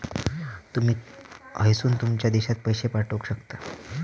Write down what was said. तुमी हयसून तुमच्या देशात पैशे पाठवक शकता